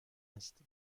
است